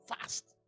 fast